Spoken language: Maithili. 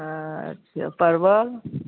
अच्छा आ परबल